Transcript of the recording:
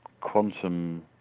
quantum